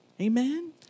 Amen